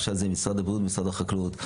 עכשיו זה משרד הבריאות ומשרד החקלאות.